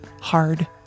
hard